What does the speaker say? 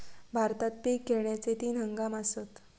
भारतात पिक घेण्याचे तीन हंगाम आसत